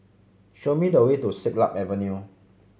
show me the way to Siglap Avenue